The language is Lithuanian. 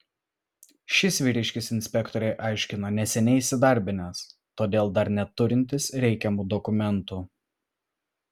šis vyriškis inspektorei aiškino neseniai įsidarbinęs todėl dar neturintis reikiamų dokumentų